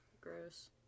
gross